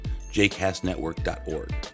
jcastnetwork.org